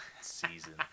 season